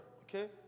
Okay